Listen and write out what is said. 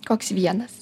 koks vienas